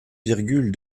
virgule